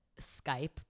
Skype